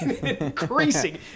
Increasing